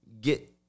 get